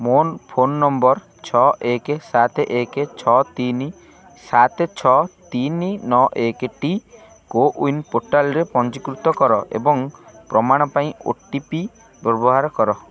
ମୋ phone number ଛଅ ଏକ ସାତ ଏକ ଛଅ ତିନି ସାତ ଛଅ ତିନି ନଅ ଏକଟି କୋୱିନ୍ ପୋର୍ଟାଲରେ ପଞ୍ଜୀକୃତ କର ଏବଂ ପ୍ରମାଣ ପାଇଁ ଓ ଟି ପି ବ୍ୟବହାର କର